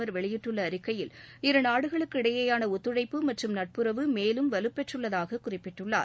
பிரதமர் வெளியிட்டுள்ள அறிக்கையில் இருநாடுகளுக்கு இடையிலான ஒத்துழைப்பு மற்றும் நட்புறவு மேலும் வலுப்பெற்றுள்ளதாக குறிப்பிட்டுள்ளார்